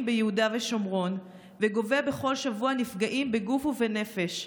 ביהודה ושומרון וגובה בכל שבוע נפגעים בגוף ובנפש.